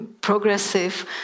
progressive